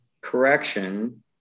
correction